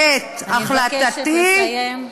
אני מבקשת לסיים.